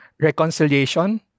reconciliation